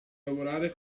lavorare